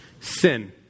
Sin